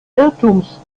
irrtums